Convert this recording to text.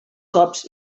cops